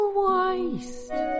waste